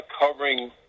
covering